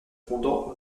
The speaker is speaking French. répondant